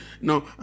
No